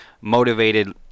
motivated